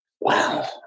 wow